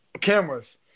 cameras